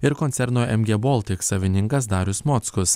ir koncerno mg baltic savininkas darius mockus